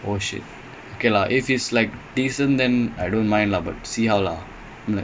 அவன்:avan help பண்ணுவான் வந்து:pannuvaan vanthu